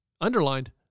underlined